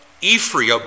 Ephraim